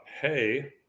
Hey